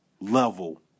level